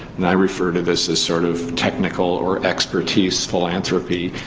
and i refer to this as sort of technical or expertise philanthropy,